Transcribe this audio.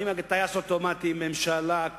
"טייס אוטומטי" בממשלה,